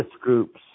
groups